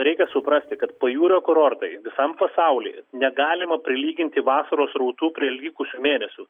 reikia suprasti kad pajūrio kurortai visam pasauly negalima prilyginti vasaros srautų prie likusių mėnesių